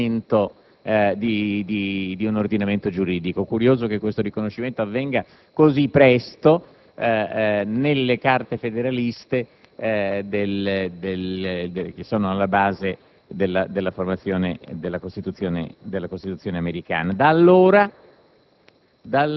come fondamento dell'ordinamento giuridico: è curioso che tale riconoscimento avvenga così presto nelle Carte federaliste alla base della formazione della Costituzione americana. Da allora,